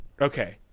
Okay